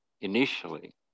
initially